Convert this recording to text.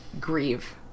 grieve